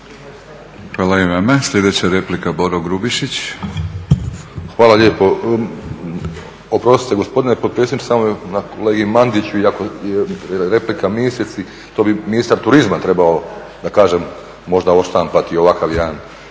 Hvala i vama. Sljedeća replika, Boro Grubišić. **Grubišić, Boro (HDSSB)** Hvala lijepo. Oprostite gospodine potpredsjedniče, samo kolegi Mandiću iako je replika ministrici, to bi ministar turizma trebao da kažem možda odštampati ovakav jedan